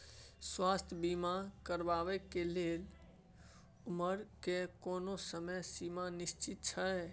स्वास्थ्य बीमा करेवाक के लेल उमर के कोनो समय सीमा निश्चित छै?